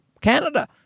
Canada